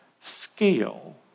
scale